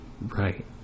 right